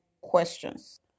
questions